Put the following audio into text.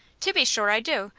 to be sure i do.